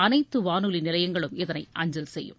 அனைத்து வானொலி நிலையங்களும் இதனை அஞ்சல் செய்யும்